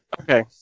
Okay